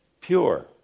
Pure